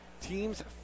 team's